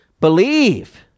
Believe